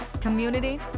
community